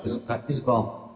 Wysoka Izbo!